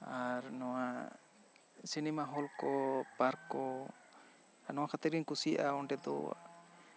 ᱟᱨ ᱱᱚᱣᱟ cinema hall ᱠᱚ park ᱠᱚ ᱱᱚᱣᱟ ᱠᱷᱟᱹᱛᱤᱨ ᱤᱧ ᱠᱩᱥᱤᱭᱟᱜ ᱟ ᱚᱸᱰᱮ ᱫᱚ